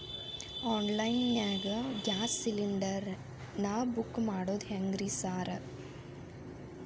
Online ನಾಗ gas cylinder ನಾ book ಮಾಡೋದ್ ಹೆಂಗ್ರಿ ಸಾರ್?